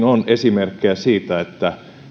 on esimerkkejä siitä